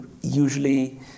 usually